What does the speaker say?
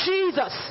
Jesus